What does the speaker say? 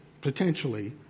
potentially